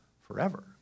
forever